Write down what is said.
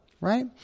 right